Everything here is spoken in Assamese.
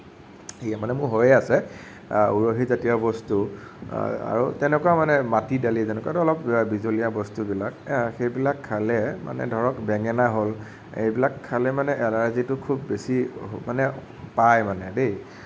এইয়া মানে মোৰ হৈয়ে আছে উৰহীজাতীয় বস্তু আৰু তেনেকুৱা মানে মাটি দালি অলপ বিজলুৱা বস্তুবিলাক সেইবিলাক খালে মানে ধৰক বেঙেনা হ'ল এইবিলাক খালে মানে এলাৰ্জীটো খুব বেছি মানে পায় মানে দেই